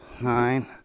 nine